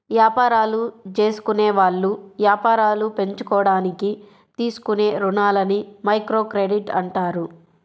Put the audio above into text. యాపారాలు జేసుకునేవాళ్ళు యాపారాలు పెంచుకోడానికి తీసుకునే రుణాలని మైక్రోక్రెడిట్ అంటారు